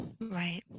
Right